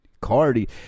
Cardi